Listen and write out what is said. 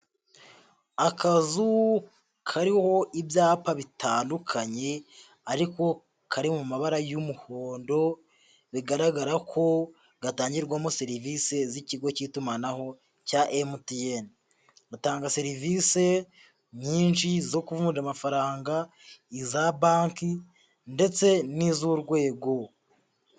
Akazu kariho ibyapa bitandukanye ariko kari mu mabara y'umuhondo, bigaragara ko gatangirwamo serivisi z'ikigo cy'itumanaho cya MTN, utanga serivisi nyinshi zo kuvunja amafaranga iza banki ndetse n'iz'urwego.